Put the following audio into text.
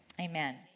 amen